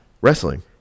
wrestling